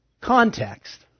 context